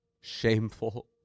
shameful